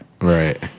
Right